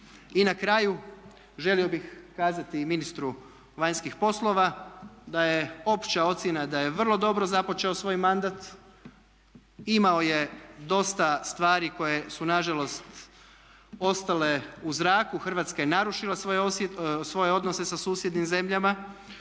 I na kraju želio bih kazati i ministru vanjskih poslova da je opća ocjena da je vrlo dobro započeo svoj mandat. Imao je dosta stvari koje su nažalost ostale u zraku, Hrvatska je narušila svoje odnose sa susjednim zemljama.